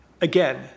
Again